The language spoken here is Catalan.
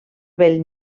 bell